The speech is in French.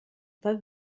pas